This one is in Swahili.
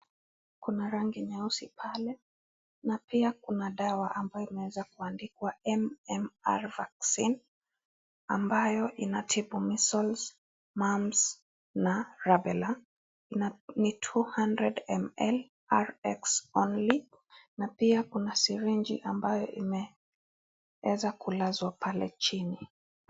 Kuna rangi nyeusi pale na pia kuna dawa ambayo imeweza kuandikwa MMR vaccine ambayo inatibu measles, mumps and rubella, Ni 200 ml RX only na pia kuna sirinchi imeweza kulazwa pale chini.